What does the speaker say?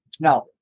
Now